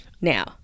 Now